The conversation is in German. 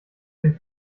dem